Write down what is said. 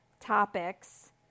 topics